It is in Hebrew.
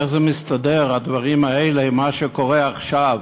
איך מסתדרים הדברים האלה עם מה שקורה עכשיו?